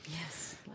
Yes